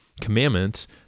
Commandments